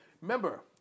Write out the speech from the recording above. Remember